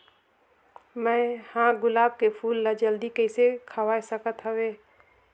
मैं ह गुलाब के फूल ला जल्दी कइसे खवाय सकथ हवे?